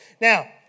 Now